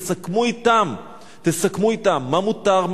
תסכמו אתם מה מותר,